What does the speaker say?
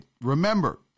Remember